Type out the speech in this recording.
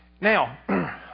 Now